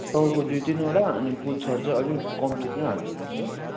टाउको दुई तिनवडा अनि पुच्छर चाहिँ अलिक कम्ती नै हालिदिनुहोस् ल